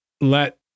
let